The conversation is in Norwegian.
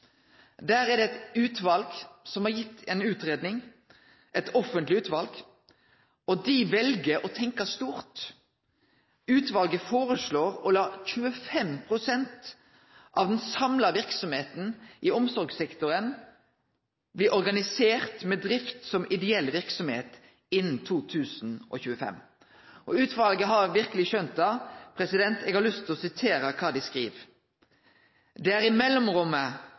Der er det eit offentleg utval som har gitt ei utgreiing, og dei vel å tenkje stort. Utvalet føreslår å late 25 pst. av den samla verksemda i omsorgssektoren bli organisert med drift som ideell verksemd innan 2025. Utvalet har verkeleg skjøna det. Eg har lyst til å sitere kva dei skriv: «Det er i mellomrommet